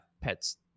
pets